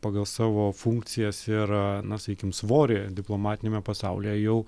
pagal savo funkcijas ir na sakykim svorį diplomatiniame pasaulyje jau